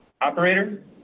Operator